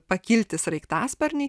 pakilti sraigtasparniai